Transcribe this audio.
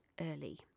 early